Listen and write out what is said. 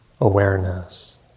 awareness